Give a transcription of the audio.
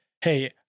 Hey